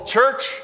church